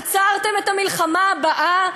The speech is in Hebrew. עצרתם את המלחמה הבאה?